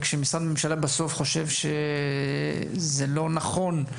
וכשמשרד ממשלה בסוף חושב שזה לא נכון,